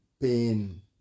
pain